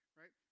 right